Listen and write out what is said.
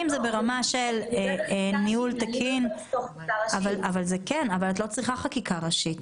אם זה ברמה של ניהול תקין --- לא בחקיקה ראשית,